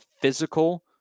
physical